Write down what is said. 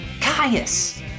Caius